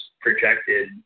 projected